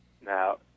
Now